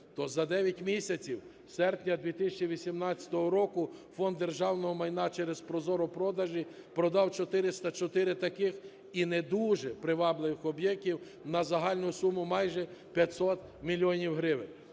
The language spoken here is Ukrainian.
То за 9 місяців з серпня 2018 року Фонд державного майна через ProZorro-продажі продав 404 таких і не дуже привабливих об'єктів на загальну суму майже 500 мільйонів